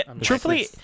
truthfully